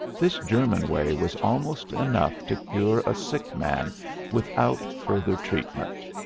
this german way was almost enough to cure a sick man without further treatment.